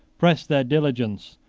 pressed their diligence,